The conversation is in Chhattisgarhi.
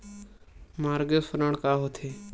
मॉर्गेज ऋण का होथे?